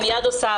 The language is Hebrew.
היא מייד עושה,